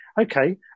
Okay